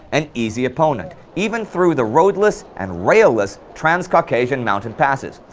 an easy opponent, even through the roadless and railless trans-caucasian mountain passes.